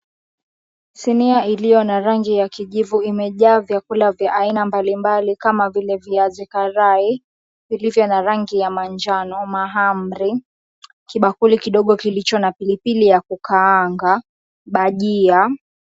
Sinia iliyo na rangi ya kijivu imejaa vyakula vya aina mbalimbali kama vile viazi karai vilivyo na rangi ya manjano, mahamri, kibakuli kidogo kilicho na pilipili ya kukaanga, bajia.